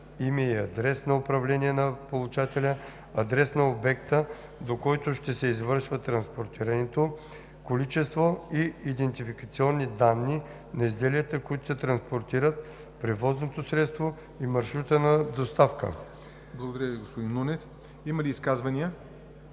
име и адрес на управление на получателя, адрес на обекта, до който ще се извършва транспортирането, количеството и идентификационни данни на изделията, които се транспортират, превозното средство и маршрут на доставката.“ ПРЕДСЕДАТЕЛ ЯВОР НОТЕВ: Благодаря Ви, господин Нунев. Има ли изказвания?